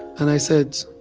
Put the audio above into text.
and i said,